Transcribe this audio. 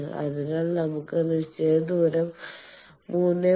അതിനാൽ നമുക്ക് നിശ്ചിത ദൂരം 3